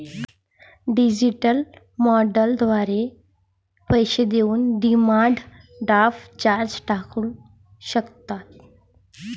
digital मोडद्वारे पैसे देऊन डिमांड ड्राफ्ट चार्जेस टाळू शकता